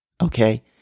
Okay